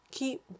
Keep